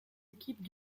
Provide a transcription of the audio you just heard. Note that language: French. équipes